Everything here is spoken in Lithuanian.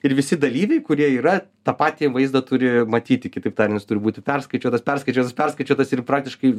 ir visi dalyviai kurie yra tą patį vaizdą turi matyti kitaip tariant jis turi būti perskaičiuotas perskaičiuotas perskaičiuotas ir praktiškai